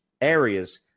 areas